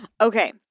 Okay